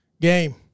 game